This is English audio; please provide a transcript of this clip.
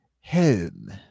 home